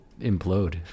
implode